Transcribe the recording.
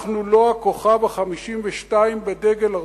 אנחנו לא הכוכב ה-52 בדגל ארצות-הברית,